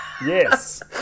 yes